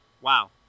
Wow